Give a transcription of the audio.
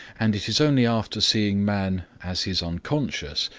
and it is only after seeing man as his unconscious,